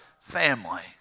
family